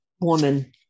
woman